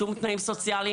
שום תנאים סוציאליים,